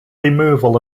removal